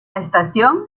estación